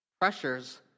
Pressures